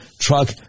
truck